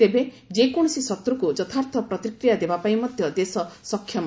ତେବେ ଯେକୌଣସି ଶତ୍ରକୁ ଯଥାର୍ଥ ପ୍ରତିକ୍ରିୟା ଦେବାପାଇଁ ମଧ୍ୟ ଦେଶ ସକ୍ଷମ